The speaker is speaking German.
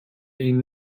ihnen